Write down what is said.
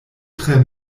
tre